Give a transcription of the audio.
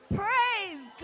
praise